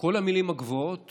כל המילים הגבוהות